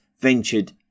ventured